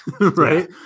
right